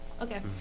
Okay